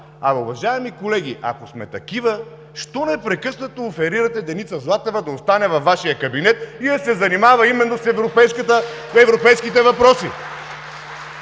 Уважаеми колеги, ако сме такива, що непрекъснато оферирате Деница Златева да остане във Вашия кабинет и да се занимава именно с европейските въпроси?